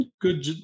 good